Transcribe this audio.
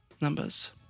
Numbers